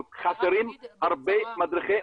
שנעשות הרבה,